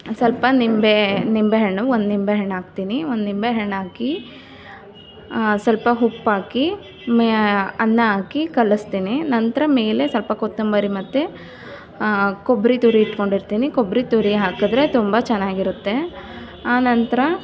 ಸ್ವಲ್ಪ ನಿಂಬೆ ನಿಂಬೆಹಣ್ಣು ಒಂದು ನಿಂಬೆಹಣ್ಣು ಹಾಕ್ತೀನಿ ಒಂದು ನಿಂಬೆಹಣ್ಣು ಹಾಕಿ ಸ್ವಲ್ಪ ಉಪ್ಪು ಹಾಕಿ ಅನ್ನ ಹಾಕಿ ಕಲಸ್ತೀನಿ ನಂತರ ಮೇಲೆ ಸ್ವಲ್ಪ ಕೊತ್ತಂಬರಿ ಮತ್ತೆ ಕೊಬ್ಬರಿ ತುರಿದಿಟ್ಕೊಂಡಿರ್ತೀನಿ ಕೊಬ್ಬರಿ ತುರಿ ಹಾಕಿದ್ರೆ ತುಂಬ ಚೆನ್ನಾಗಿರುತ್ತೆ ಆ ನಂತರ